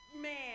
man